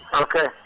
Okay